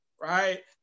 right